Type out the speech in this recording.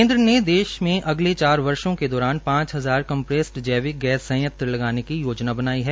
केन्द्र ने देश में अगले चार वर्षो के दौरान पांच हजार कम्प्रेस्ट ंजैविक गैस संयंत्र लगाने की योजना बनाई है